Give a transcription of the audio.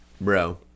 bro